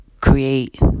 create